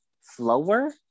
slower